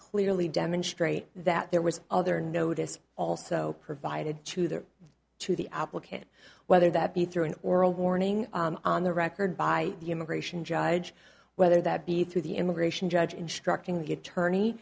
clearly demonstrate that there was other notice also provided to the to the application whether that be through an oral warning on the record by the immigration judge whether that be through the immigration judge instructing the attorney